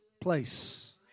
place